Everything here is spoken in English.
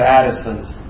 Addison's